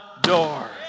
door